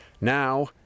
Now